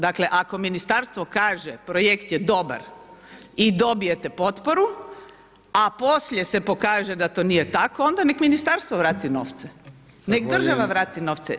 Dakle, ako ministarstvo kaže projekt je dobar i dobijete potporu, a poslije se pokaže da to nije tako, onda nek' ministarstvo vrati novce, nek država vrati novce.